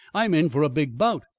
i'm in for a big bout.